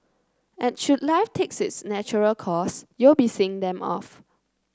and should life takes its natural course you'll be seeing them off